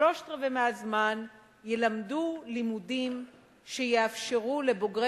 שלושת-רבעי מהזמן ילמדו לימודים שיאפשרו לבוגרי